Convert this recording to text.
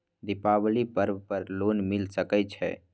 दीपावली पर्व पर लोन मिल सके छै?